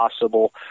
possible